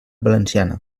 valenciana